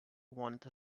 want